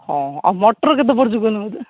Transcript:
ହଁ ଆଉ ମଟର କେତେ ପଡ଼ୁଛି କୁହନି ମୋତେ